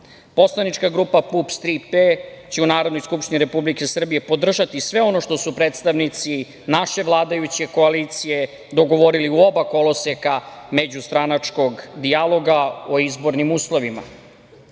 itd. Poslanička grupa PUPS – „Tri P“ će u Narodnoj skupštini Republike Srbije podržati sve ono što su predstavnici naše vladajuće koalicije dogovorili u oba koloseka međustranačkog dijaloga o izbornim uslovima,